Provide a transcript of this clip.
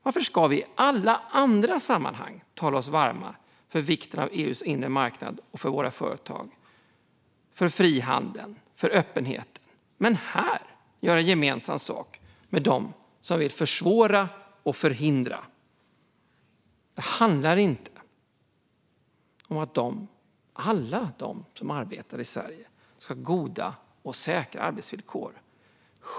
Varför ska vi i alla andra sammanhang tala oss varma för vikten av EU:s inre marknad för våra företag, för frihandel och för öppenhet medan vi här gör gemensam sak med dem som vill försvåra och förhindra detta? Det handlar inte om att alla de som arbetar i Sverige inte ska ha goda och säkra arbetsvillkor.